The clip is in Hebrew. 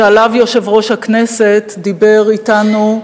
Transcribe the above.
שעליו יושב-ראש הכנסת דיבר אתנו,